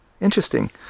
Interesting